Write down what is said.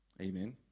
Amen